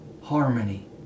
harmony